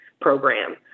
program